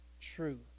true